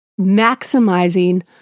maximizing